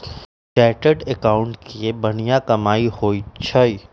chartered accountant के बनिहा कमाई होई छई